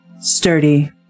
Sturdy